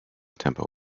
tempo